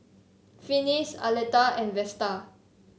Finis Aleta and Vesta